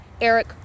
Eric